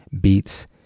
beats